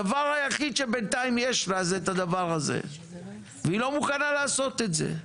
הדבר היחיד שבינתיים יש לה זה את הדבר הזה והיא לא מוכנה לעשות את זה.